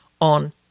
on